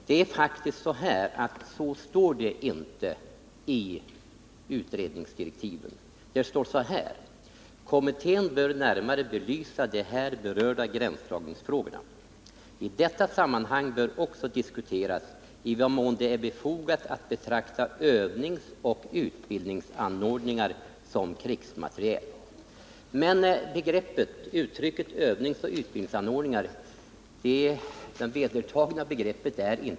Det står faktiskt inte så i utredningsdirektiven. Där står det så här: ”Kommittén bör närmare belysa de här berörda gränsdragningsfrågorna. I detta sammanhang bör också diskuteras i vad mån det är befogat att betrakta Det begrepp som här används är utbildningsanordningar, och det är inte detsamma som utbildning.